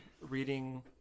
reading